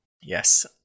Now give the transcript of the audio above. yes